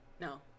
No